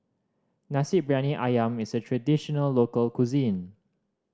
Nasi Briyani Ayam is a traditional local cuisine